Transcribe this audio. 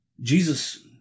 Jesus